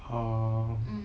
orh